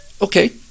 okay